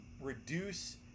reduce